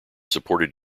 supported